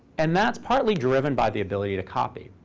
and that's partly driven by the ability to copy.